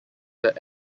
that